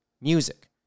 music